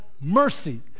mercy